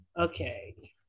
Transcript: Okay